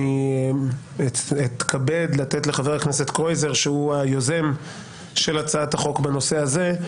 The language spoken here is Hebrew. אני אתכבד לתת לחבר הכנסת קרויזר שהוא היוזם של הצעת החוק בנושא הזה,